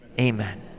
Amen